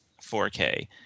4K